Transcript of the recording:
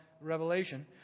Revelation